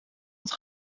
het